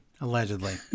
allegedly